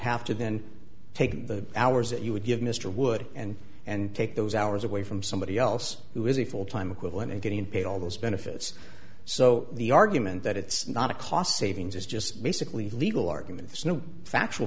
have to then take the hours that you would give mr wood and and take those hours away from somebody else who has a full time equivalent of getting paid all those benefits so the argument that it's not a cost savings is just basically legal arguments no factual